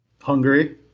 Hungary